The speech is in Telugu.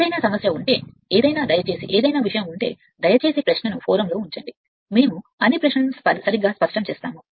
ఏదైనా సమస్య ఉంటే ఏదైనా దయచేసి ఏదైనా విషయం ఉంచండి దయచేసి ప్రశ్నను వేదిక లో ఉంచండి మేము అన్ని ప్రశ్నలను సరిగ్గా స్పష్టం చేస్తాము